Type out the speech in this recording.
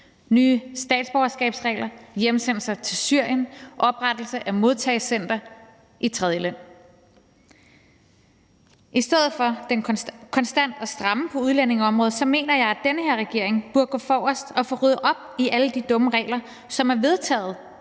nye statsborgerskabsregler, hjemsendelser til Syrien, oprettelse af modtagecenter i et tredjeland. I stedet for konstant at stramme på udlændingeområdet mener jeg, at den her regering burde gå forrest og få ryddet op i alle de dumme regler, som er vedtaget